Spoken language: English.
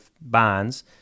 bonds